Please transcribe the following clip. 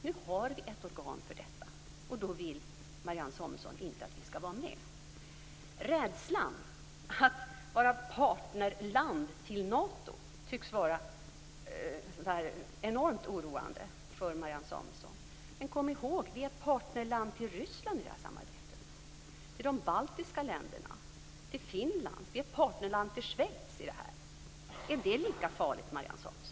Nu har vi ett organ för detta, och då vill Marianne Samuelsson inte att vi skall vara med. Att vara partnerland till Nato tycks vara enormt oroande för Marianne Samuelsson. Men kom då ihåg att vi i det här samarbetet är partnerland till Ryssland, de baltiska länderna, Finland och Schweiz. Är det lika farligt, Marianne Samuelsson?